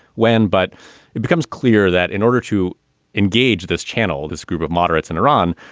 when. but it becomes clear that in order to engage this channel, this group of moderates in iran,